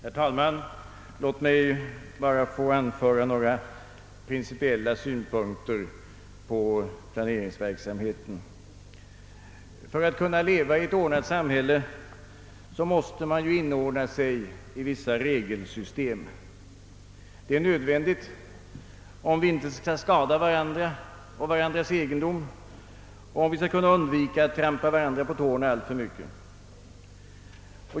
Herr talman! Låt mig bara få anföra några principiella synpunkter på planeringsverksamheten. För att kunna leva i ett ordnat samhälle måste man inordna sig i vissa regelsystem; det är nödvändigt om vi inte skall skada varandra och varandras egendom och om vi skall kunna undvika att trampa varandra på tårna alltför mycket.